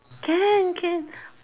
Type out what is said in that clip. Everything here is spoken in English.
can can